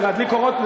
להדליק אורות,